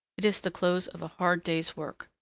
it is the close of a hard day's work.